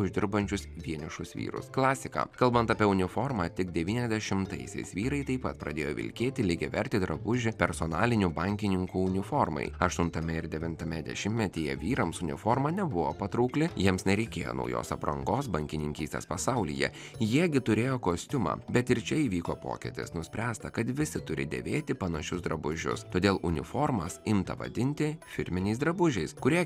uždirbančius vienišus vyrus klasika kalbant apie uniformą tik devyniasdešimtaisiais vyrai taip pat pradėjo vilkėti lygiavertį drabužį personalinių bankininkų uniformai aštuntame ir devintame dešimtmetyje vyrams uniforma nebuvo patrauklią jiems nereikėjo naujos aprangos bankininkystės pasaulyje jie gi turėjo kostiumą bet ir čia įvyko pokytis nuspręsta kad visi turi dėvėti panašius drabužius todėl uniformas imta vadinti firminiais drabužiais kurie